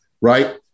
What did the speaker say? right